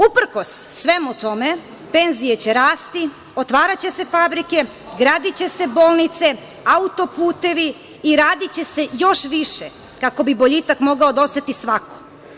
Uprkos svemu tome, penzije će rasti, otvaraće se fabrike, gradiće se bolnice, autoputevi i radiće se još više kako bi boljitak mogao da oseti svako.